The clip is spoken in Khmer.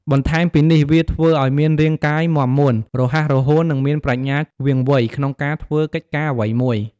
បន្ថែមពីនេះ វាធ្វើឲ្យមានរាងកាយមាំមួន រហ័សរហួន និងមានប្រាជ្ញាវាងវៃក្នុងការធ្វើកិច្ចការអ្វីមួយ។